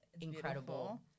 incredible